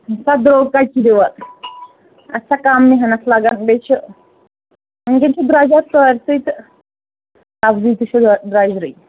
درٛوٚگ کَتہِ چھِ دِوان اَسہِ چھا کم محنت لگان بیٚیہِ چھِ وٕنۍکٮ۪ن چھُ درٛوجَر سٲرۍسٕے تہٕ سبزی تہِ چھِ درٛوجرٕے